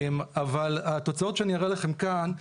אבל התוצאות שאני אראה לכם כאן,